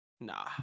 Nah